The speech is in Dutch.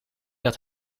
dat